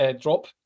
drop